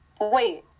Wait